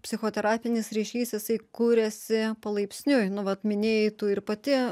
psichoterapinis ryšys jisai kuriasi palaipsniui nu vat minėjai tu ir pati